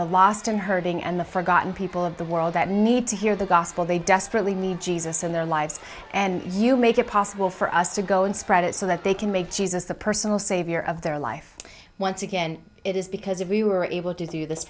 the lost and hurting and the forgotten people of the world that need to hear the gospel they desperately need jesus in their lives and you make it possible for us to go and spread it so that they can make jesus the personal savior of their life once again it is because if we were able to do this